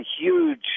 huge